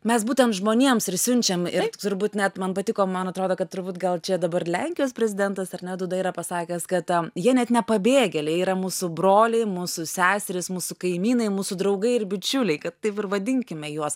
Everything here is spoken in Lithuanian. mes būtent žmonėms ir siunčiam ir turbūt net man patiko man atrodo kad turbūt gal čia dabar lenkijos prezidentas ar ne duda yra pasakęs kad jie net ne pabėgėliai yra mūsų broliai mūsų seserys mūsų kaimynai mūsų draugai ir bičiuliai kad taip ir vadinkime juos